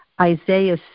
Isaiah